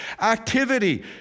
activity